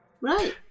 Right